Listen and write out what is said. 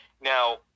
now